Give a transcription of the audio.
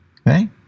okay